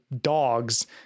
dogs